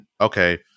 okay